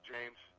James